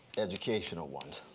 educational ones,